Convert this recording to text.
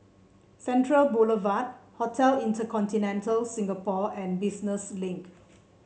Central Boulevard Hotel InterContinental Singapore and Business Link